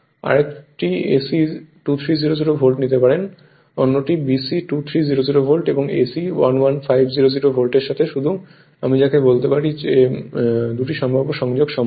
আরেকজন AC 2300 volt নিতে পারে অন্যটি BC 2300 ভোল্ট এবং এসি 11500 ভোল্টের সাথে শুধু আমি যাকে বলতে পারি তার সাথে কেবল 2 টি সম্ভাব্য সংযোগ সম্ভব